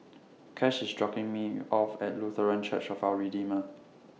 Cash IS dropping Me off At Lutheran Church of Our Redeemer